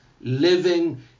living